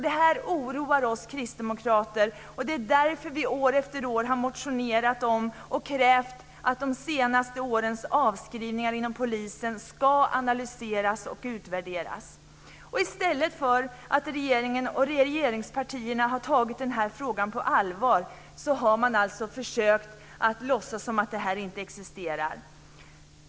Det här oroar oss kristdemokrater, och det är därför vi år efter år har motionerat om det här och krävt att de senaste årens avskrivningar inom polisen ska analyseras och utvärderas. I stället för att regeringen och regeringspartierna har tagit den här frågan på allvar har man försökt låtsas som att det här inte existerade.